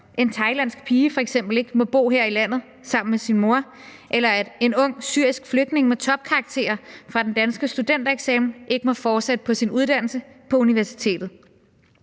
en thailandsk pige f.eks. ikke må bo her i landet sammen med sin mor, eller at en ung syrisk flygtning med en dansk studentereksamen med topkarakterer ikke må fortsætte på sin uddannelse på universitetet.